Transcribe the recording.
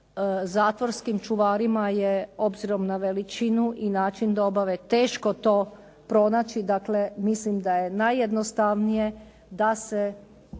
Zatvorskim čuvarima je obzirom na veličinu i način dobave teško to pronaći, dakle mislim da je najjednostavnije da se